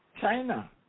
China